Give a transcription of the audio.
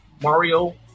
Mario